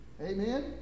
Amen